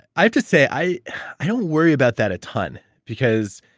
i have to say, i i don't worry about that a ton because,